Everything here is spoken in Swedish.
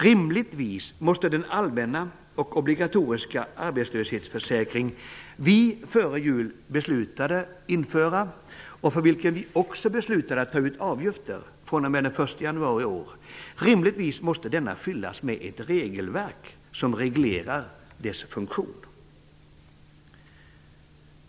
Rimligtvis måste den allmänna och obligatoriska arbetslöshetsförsäkring som vi före jul beslutade om att införa, och för vilken vi också beslutade att ta ut avgifter fr.o.m. den 1 januari i år, fyllas med ett regelverk som reglerar dess funktion.